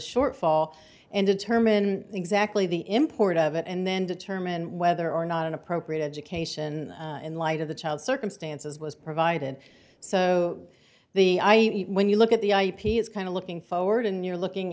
shortfall and determine exactly the import of it and then determine whether or not an appropriate education in light of the child circumstances was provided so the when you look at the ip it's kind of looking forward and you're looking